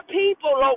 people